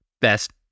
best